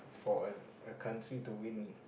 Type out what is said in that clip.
for us a country to win